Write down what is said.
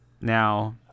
now